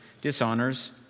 dishonors